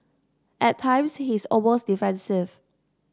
at times he is almost defensive